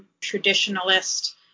traditionalist